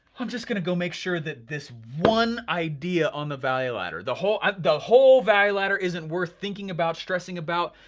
i'm just gonna go make sure that this one idea on the value ladder, the whole um the whole value ladder isn't worth thinking about, stressing about,